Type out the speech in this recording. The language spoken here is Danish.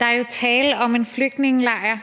Der er jo tale om en flygtningelejr